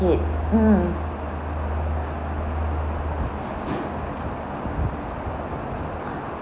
it mm